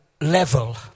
level